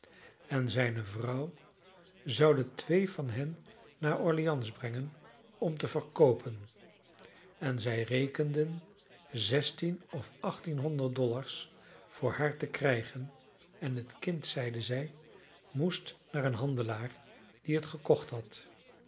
en zijne vrouw zouden twee van hen naar nieuw orleans brengen om te verkoopen en zij rekenden zestien of achttienhonderd dollars voor haar te krijgen en het kind zeiden zij moest naar een handelaar die het gekocht had